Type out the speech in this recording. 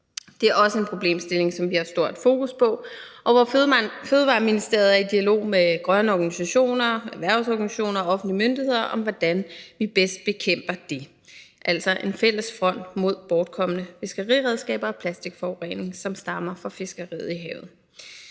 Det er også en problemstilling, som vi har stort fokus på, og hvor Fødevareministeriet er i dialog med grønne organisationer, erhvervsorganisationer og offentlige myndigheder om, hvordan vi bedst bekæmper det – altså en fælles front mod bortkomne fiskeriredskaber og plastikforurening, som stammer fra fiskeri i havet.